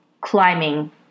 climbing